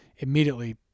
immediately